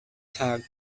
tag